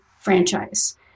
franchise